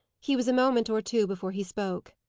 he was a moment or two before he spoke.